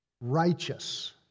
Righteous